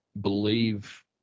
believe